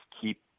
keep